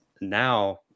now